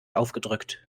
aufgedrückt